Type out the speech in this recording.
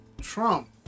Trump